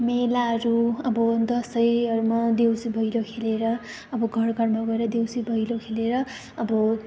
मेलाहरू अब दसैँहरूमा देउसी भैलो खेलेर अब घर घरमा गएर देउसी भैलो खेलेर अब